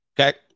Okay